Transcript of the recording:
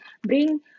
bring